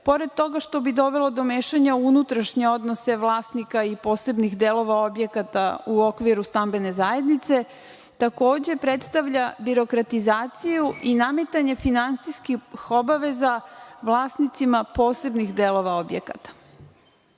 pored toga što bi dovelo do mešanja unutrašnjeg odnosa vlasnika i posebnih delova objekata u okviru stambene zajednice, takođe predstavlja birokratizaciju i nametanje finansijskih obaveza vlasnicima posebnih delova objekata. Hoćete